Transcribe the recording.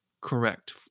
correct